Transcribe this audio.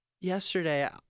yesterday